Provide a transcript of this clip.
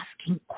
asking